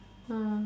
uh